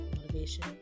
motivation